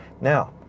Now